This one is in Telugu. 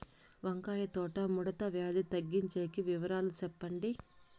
వంకాయ తోట ముడత వ్యాధి తగ్గించేకి వివరాలు చెప్పండి?